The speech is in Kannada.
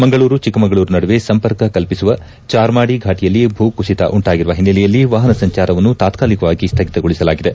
ಮಂಗಳೂರು ಚಿಕ್ಕಮಗಳೂರು ನಡುವೆ ಸಂಪರ್ಕ ಕಲ್ಪಿಸುವ ಚಾರ್ಮಾಡಿ ಫಾಟಿಯಲ್ಲಿ ಭೂ ಕುಸಿತ ಉಂಟಾಗಿರುವ ಹಿಸ್ಟೆಲೆಯಲ್ಲಿ ವಾಹನ ಸಂಚಾರವನ್ನು ತಾತ್ಕಾಲಿಕವಾಗಿ ಸ್ಥಗಿತಗೊಳಿಸಲಾಗಿದೆ